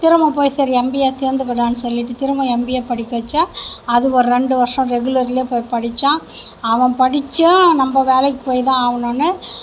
திரும்ப போய் சரி எம்பிஏ சேர்ந்துக்கடானு சொல்லிவிட்டு திரும்ப எம்பிஏ படிக்க வச்சேன் அது ஒரு ரெண்டு வருஷம் ரெகுலர்லேயே போய் படித்தான் அவன் படித்தும் நம்ம வேலைக்கு போய் தான் ஆகணுனு